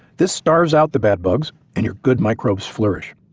this starves out the bad bugs and your good microbes flourish.